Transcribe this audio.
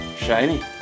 Shiny